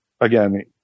again